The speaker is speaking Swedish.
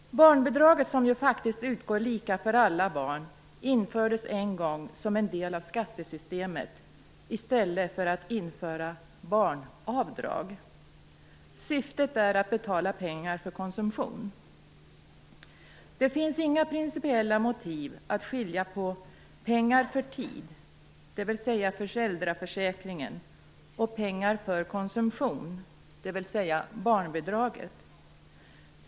Barnbidraget, som ju faktiskt utgår lika för alla barn, infördes en gång som en del av skattesystemet i stället för ett barnavdrag. Syftet var att ge pengar för konsumtion. Det finns inga principiella motiv att skilja mellan "pengar för tid", dvs. föräldrapenningen, och "pengar för konsumtion", dvs. barnbidraget.